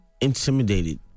intimidated